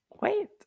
Wait